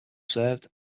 served